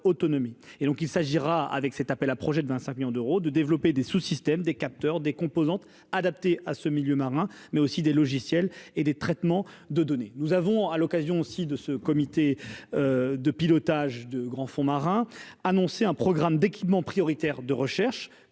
et donc, il s'agira avec cet appel à projets de vingt-cinq millions d'euros de développer des sous-systèmes des capteurs des composantes adaptés à ce milieu marin, mais aussi des logiciels et des traitements de données nous avons à l'occasion aussi de ce comité de pilotage de grands fonds marins annoncé un programme d'équipement prioritaire de recherche